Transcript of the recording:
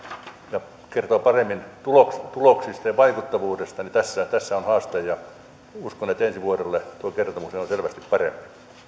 ja jotka kertovat paremmin tuloksista tuloksista ja vaikuttavuudesta tässä tässä on haaste ja uskon että ensi vuonna tuo kertomus on on selvästi parempi